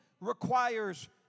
requires